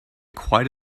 quite